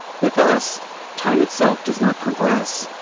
with us time itself does not progress.